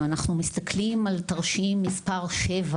אם אנחנו מסתכלים על תרשים מספר שבע